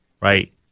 right